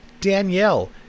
Danielle